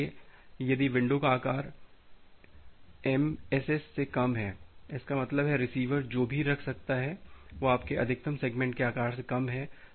इसलिए यदि विंडो का आकार एमएसएस से कम है इसका मतलब है रिसीवर जो भी रख सकता है वह आपके अधिकतम सेगमेंट के आकार से कम है